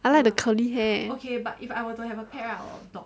I like the curly hair